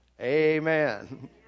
Amen